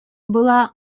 была